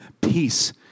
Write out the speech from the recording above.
peace